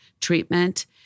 treatment